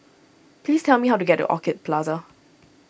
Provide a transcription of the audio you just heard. please tell me how to get to Orchid Plaza